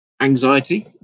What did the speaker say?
anxiety